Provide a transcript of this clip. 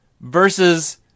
versus